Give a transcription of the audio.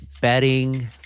bedding